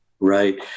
right